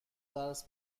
درس